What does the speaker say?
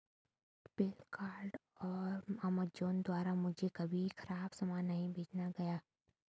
फ्लिपकार्ट और अमेजॉन द्वारा मुझे कभी खराब सामान नहीं बेचा गया